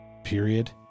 Period